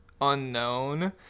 unknown